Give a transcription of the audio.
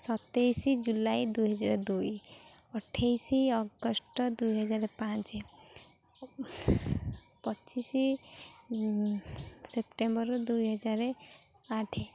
ସତେଇଶ ଜୁଲାଇ ଦୁଇହଜାର ଦୁଇ ଅଠେଇଶ ଅଗଷ୍ଟ ଦୁଇହଜାର ପାଞ୍ଚ ପଚିଶ ସେପ୍ଟେମ୍ବର ଦୁଇହଜାର ଆଠ